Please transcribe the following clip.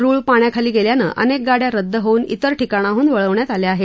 रूळ पाण्याखाली गेल्यानं अनेक गाड्या रद्द होऊन त्रेर ठिकाणाहून वळविण्यात आल्या आहेत